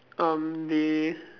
um they